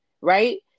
right